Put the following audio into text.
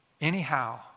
anyhow